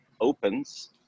opens